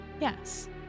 Yes